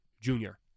junior